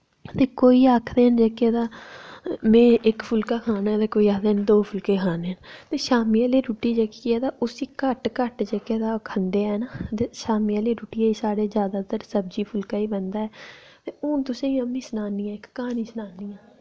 ते कोई आखदे न जेह्के तां में इक फुल्का खाना ते कोई आखदे न दो फुल्के खाने न ते शामीं आह्ली रुट्टी जेह्की ऐ तां उस्सी घट्ट घट्ट जेह्के तां ओ खंदे हैन ते शामीं आह्ली रुट्टियै साढ़े जैदातर सब्जी फुल्का ई बनदा ऐ तुसें ई आमी सनान्नी ऐ इक कहानी सनान्नी आं